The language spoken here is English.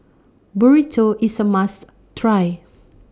Burrito IS A must Try